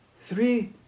three